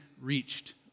reached